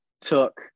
took